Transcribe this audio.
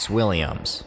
Williams